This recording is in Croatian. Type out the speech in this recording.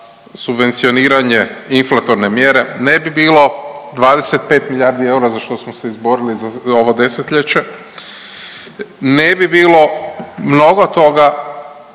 subvencioniranje inflatorne mjere, ne bi bilo 25 milijardi eura za što smo se izborili za ovo 10-ljeće, ne bi bilo mnogo toga